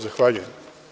Zahvaljujem.